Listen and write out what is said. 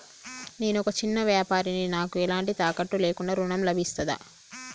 నేను ఒక చిన్న వ్యాపారిని నాకు ఎలాంటి తాకట్టు లేకుండా ఋణం లభిస్తదా?